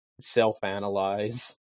self-analyze